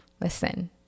listen